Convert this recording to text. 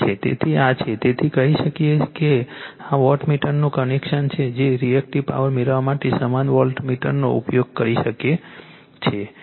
તેથી આ છે તેથી કહી શકીએ છીએ કે આ વોટમીટરનું કનેક્શન છે જે રીએક્ટિવ પાવર મેળવવા માટે સમાન વોટમીટરનો ઉપયોગ કરી શકે છે